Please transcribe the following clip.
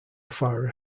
far